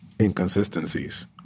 inconsistencies